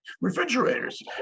refrigerators